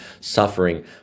suffering